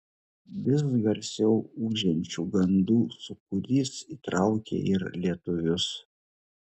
vis garsiau ūžiančių gandų sūkurys įtraukė ir lietuvius